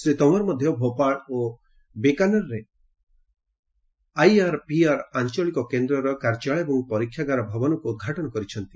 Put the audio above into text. ଶ୍ରୀ ତୋମର ମଧ୍ଧ ଭୋପାଳ ବିକାନେର୍ରେ ଆଇଆର୍ପିଆର୍ ଆଞ୍ଚଳିକ କେନ୍ଦର କାର୍ଯ୍ୟାଳୟ ଏବଂ ପରୀକ୍ଷାଗାର ଭବନକୁ ଉଦ୍ଘାଟନ କରିଛନ୍ତି